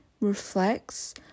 reflects